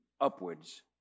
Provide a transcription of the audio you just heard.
upwards